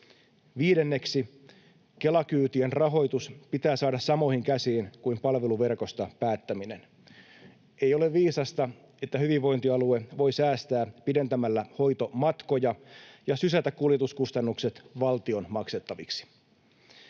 Viidenneksi: Kela-kyytien rahoitus pitää saada samoihin käsiin kuin palveluverkosta päättäminen. Ei ole viisasta, että hyvinvointialue voi säästää pidentämällä hoitomatkoja ja sysätä kuljetuskustannukset valtion maksettaviksi.